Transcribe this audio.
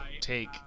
take